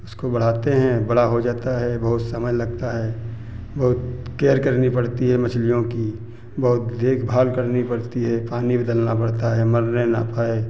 उसको बढ़ाते हैं बड़ा हो जाता है बहुत समय लगता है बहुत केयर करनी पड़ती है मछलियों की बहुत देखभाल करनी पड़ती है पानी बदलना पड़ता है मरने ना पाए